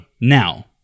Now